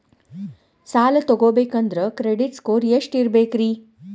ಸಾಲ ತಗೋಬೇಕಂದ್ರ credit score ಎಷ್ಟ ಇರಬೇಕ್ರಿ?